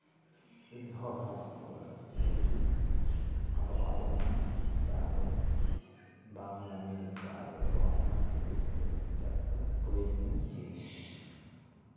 ᱩᱫ ᱫᱷᱟᱣ ᱚᱞ ᱠᱟᱛᱮ ᱡᱮᱦᱮᱛᱩ ᱟᱞᱚ ᱟᱫᱚᱜ ᱢᱟ ᱥᱮ ᱟᱞᱚ ᱵᱟᱝ ᱢᱟ ᱢᱮᱥᱟ ᱜᱚᱫᱚᱜᱼᱟ ᱚᱱᱟ ᱠᱷᱟᱹᱛᱤᱨ ᱛᱮ ᱞᱮᱯᱴᱚᱯ ᱯᱨᱳᱡᱚᱱᱤᱭᱚ ᱡᱤᱱᱤᱥ